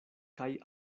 kaj